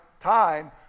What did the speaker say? time